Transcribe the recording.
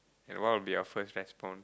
and one of their first response